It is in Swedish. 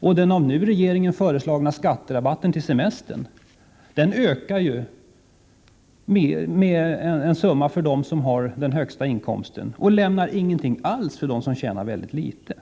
Och den nu av regeringen föreslagna skatterabatten till semestern ökar för dem som har den högsta inkomsten och lämnar ingenting alls för dem som tjänar litet.